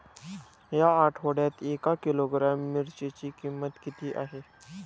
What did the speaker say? या आठवड्यात एक किलोग्रॅम मिरचीची किंमत किती आहे?